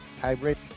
hybrid